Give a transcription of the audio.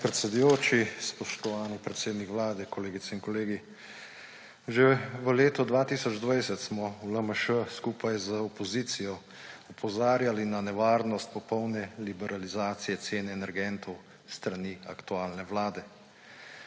predsedujoči, spoštovani predsednik Vlade, kolegice in kolegi! Že v letu 2020 smo v LMŠ skupaj z opozicijo opozarjali na nevarnost popolne liberalizacije cen energentov s strani aktualne vlade.